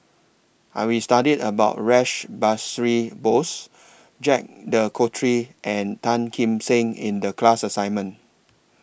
Are We studied about Rash Behari Bose Jacques De Coutre and Tan Kim Seng in The class assignment